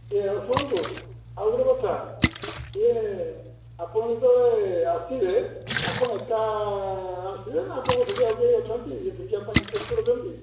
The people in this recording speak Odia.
ଇଏ ଶୁଣନ୍ତୁ ଆଉ ଗୋଟିଏ କଥା ଇଏ ଆପଣ ଯେତେବେଳେ ଆସିବେ ଆପଣ ଏକା ଆସିବେ ନା ଆପଣଙ୍କର ସେଇଠି ଆଉ କେହି ଯିଏ ଅଛନ୍ତି ଶିଖିବା ପାଇଁ ଇଣ୍ଟରେଷ୍ଟେଡ୍ ଅଛନ୍ତି